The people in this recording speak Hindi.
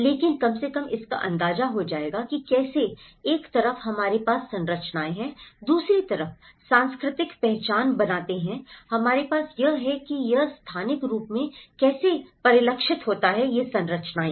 लेकिन कम से कम इसका अंदाजा हो जाएगा कि कैसे एक तरफ हमारे पास संरचनाएं हैं दूसरी तरफ सांस्कृतिक पहचान बनाते हैं हमारे पास यह है कि यह स्थानिक रूप में कैसे परिलक्षित होता है संरचनाएं